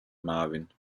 marvin